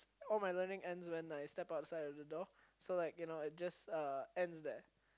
all my learning ends when I step outside the door so like it just uh ends there